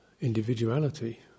individuality